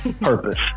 purpose